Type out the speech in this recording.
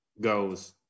goes